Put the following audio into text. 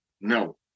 No